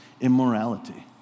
immorality